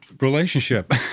relationship